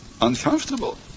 uncomfortable